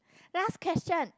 last question